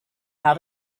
how